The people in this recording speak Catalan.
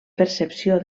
percepció